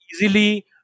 easily